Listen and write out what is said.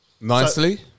Nicely